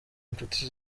inshuti